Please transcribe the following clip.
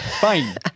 fine